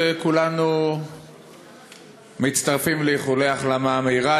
וכולנו מצטרפים לאיחולי החלמה מהירה,